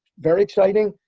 very exciting,